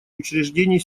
учреждений